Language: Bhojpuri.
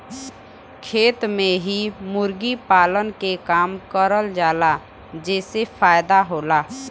खेत में ही मुर्गी पालन के काम करल जाला जेसे फायदा होला